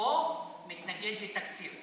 או מתנגד לתקציב.